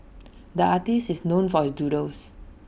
the artist is known for his doodles